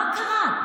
מה קרה?